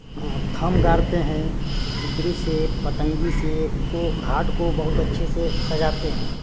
थम गाड़ते हैं एकरी से पतंगी से उसको घाट को बहुत अच्छे से सजाते हैं